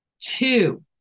Two